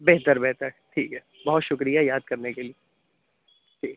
بہتر بہتر ٹھیک ہے بہت شُکریہ یاد کرنے کے لیے ٹھیک